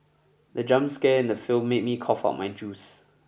the jump scare in the film made me cough out my juice